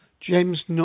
James